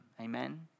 Amen